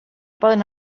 poden